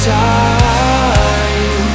time